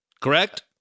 Correct